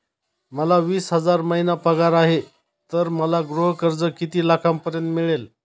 मला वीस हजार महिना पगार आहे तर मला गृह कर्ज किती लाखांपर्यंत मिळेल?